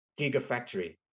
gigafactory